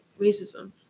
racism